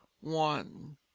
one